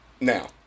Now